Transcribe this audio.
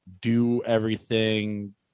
do-everything